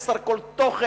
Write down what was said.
חסר כל תוכן.